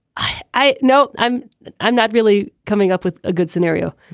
i know i'm i'm not really coming up with a good scenario.